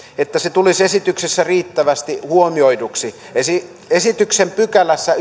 että se tulisi esityksessä riittävästi huomioiduksi esityksen yhdennessätoista a pykälässä